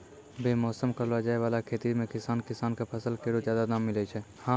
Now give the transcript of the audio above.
बेमौसम करलो जाय वाला खेती सें किसान किसान क फसल केरो जादा दाम मिलै छै